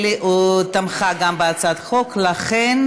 בעד,